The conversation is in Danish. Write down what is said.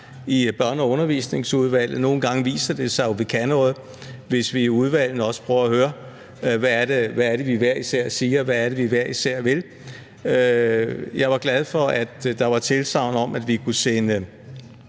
i Børne- og Undervisningsudvalget. Nogle gange viser det sig jo, at vi kan noget, hvis vi i udvalgene også prøver at høre, hvad det er, vi hver især siger, og hvad det er, vi hver især vil. Jeg var glad for, at der var tilsagn om, at vi kunne sende